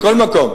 מכל מקום,